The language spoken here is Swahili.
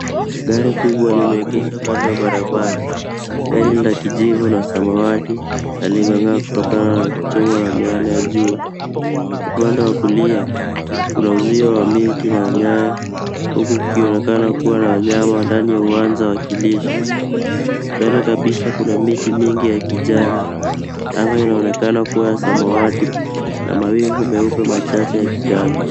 Gari kubwa limeegeshwa kando ya barabara. Gari la kijivu na samawati na limeng'aa kutokana na kuchibu wa mbele wa juu. Upande wa kulia kuna uzio wa miti na nyaya huku kukionekana kuwa na wanyama ndani ya uwanja wakilishi. Mbele kabisa kuna miti mingi ya kijani. Anga linaonekana kuwa ya samawati na mawingu meupe machache yakitanda.